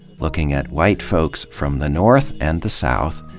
looking at white folks from the north and the south,